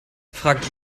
fragt